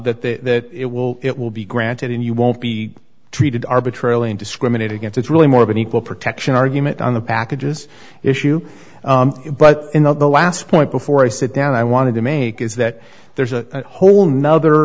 criteria that it will it will be granted and you won't be treated arbitrarily and discriminate against it's really more of an equal protection argument on the packages issue but in the last point before i sit down i wanted to make is that there's a whole nother